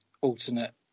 alternate